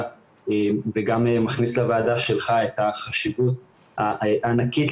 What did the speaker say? וגם מכניס לוועדה שלך את החשיבות הענקית,